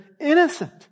innocent